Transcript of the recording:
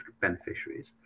beneficiaries